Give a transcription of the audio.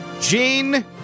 Jean